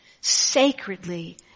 sacredly